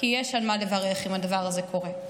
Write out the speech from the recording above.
כי יש על מה לברך אם הדבר הזה קורה,